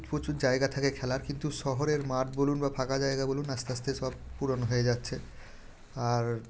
প্রচুর জায়গা থাকে খেলার কিন্তু শহরের মাঠ বলুন বা ফাঁকা জায়গা বলুন আস্তে আস্তে সব পূরণ হয়ে যাচ্ছে আর